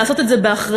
לעשות את זה באחריות.